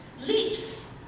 leaps